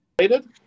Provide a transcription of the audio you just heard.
related